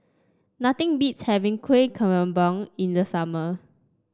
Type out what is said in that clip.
nothing beats having Kuih Kemboja in the summer